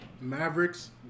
Mavericks